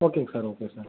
ஓகேங்க sir okay sir